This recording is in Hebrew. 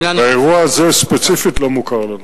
והאירוע הזה ספציפית לא מוכר לנו.